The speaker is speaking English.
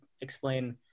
explain